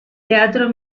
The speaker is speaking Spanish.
teatro